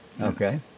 Okay